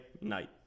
night